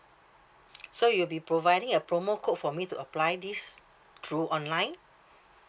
so you'll be providing a promo code for me to apply this through online